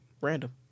Random